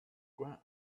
ground